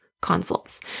consults